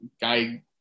guy